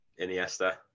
Iniesta